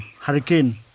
Hurricane